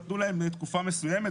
נתנו להם תקופה מסוימת,